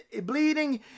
bleeding